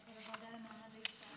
לוועדה למעמד האישה?